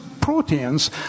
proteins